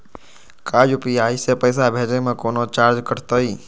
का यू.पी.आई से पैसा भेजे में कौनो चार्ज कटतई?